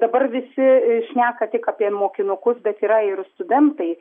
dabar visi šneka tik apie mokinukus bet yra ir studentai